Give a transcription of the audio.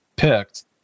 picked